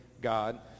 God